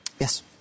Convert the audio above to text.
Yes